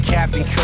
Captain